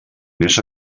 més